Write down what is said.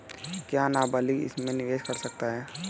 क्या नाबालिग इसमें निवेश कर सकता है?